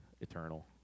eternal